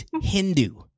Hindu